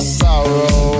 sorrow